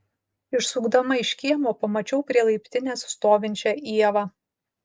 išsukdama iš kiemo pamačiau prie laiptinės stovinčią ievą